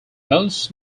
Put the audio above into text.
most